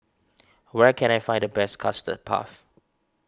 where can I find the best Custard Puff